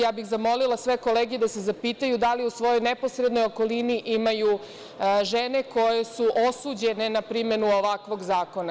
Ja bih zamolila sve kolege da se zapitaju da li u svojoj neposrednoj okolini imaju žene koje su osuđene na primenu ovakvog zakona.